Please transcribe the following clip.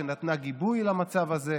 שנתנה גיבוי למצב הזה.